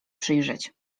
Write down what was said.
przyjrzeć